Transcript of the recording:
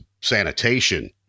sanitation